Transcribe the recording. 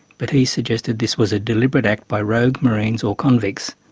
but he suggested this was a deliberate act by rogue marines or convicts.